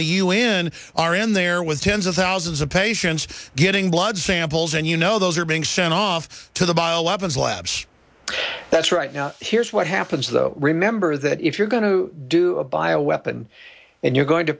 the u n are in there with tens of thousands of patients getting blood samples and you know those are being sent off to the biological labs that's right now here's what happens though remember that if you're going to do a bio weapon and you're going to